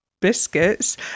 Biscuits